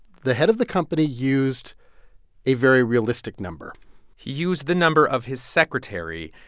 the head of the company used a very realistic number he used the number of his secretary,